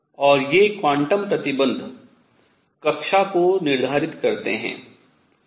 और ये 2 क्वांटम प्रतिबन्ध कक्षा को निर्धारित करती हैं सही